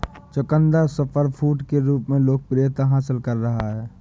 चुकंदर सुपरफूड के रूप में लोकप्रियता हासिल कर रहा है